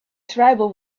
tribal